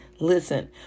Listen